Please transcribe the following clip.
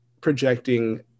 projecting